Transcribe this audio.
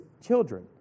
children